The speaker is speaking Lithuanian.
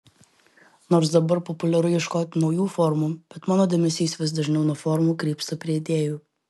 nors dabar populiaru ieškoti naujų formų bet mano dėmesys vis dažniau nuo formų krypsta prie idėjų